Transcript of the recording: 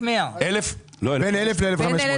לא 1,500. 1.100. בין 1,000 ל-1,500.